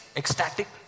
ecstatic